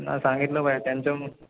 ना सांगितलं पाय त्यांच्या